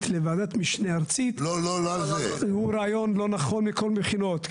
לוועדת משנה ארצית הוא רעיון לא נכון מכל בחינות,